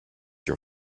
your